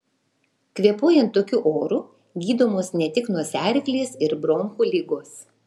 kvėpuojant tokiu oru gydomos ne tik nosiaryklės ir bronchų ligos